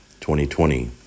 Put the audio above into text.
2020